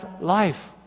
life